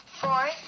Fourth